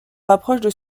rapprochent